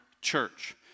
church